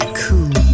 cool